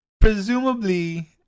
presumably